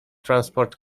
transport